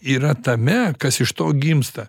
yra tame kas iš to gimsta